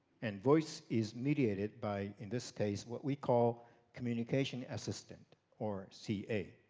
and voice is mediated by, in this case what we call communication assistant or ca.